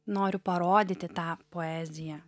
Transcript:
noriu parodyti tą poeziją